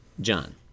John